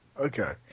Okay